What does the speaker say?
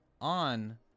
on